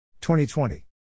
2020